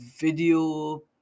video